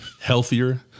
healthier